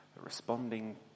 responding